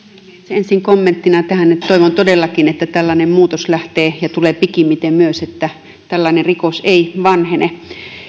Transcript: ensin kommenttina tähän että toivon todellakin myös että tällainen muutos lähtee ja tulee pikimmiten että tällainen rikos ei vanhene